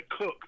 cook